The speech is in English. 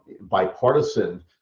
bipartisan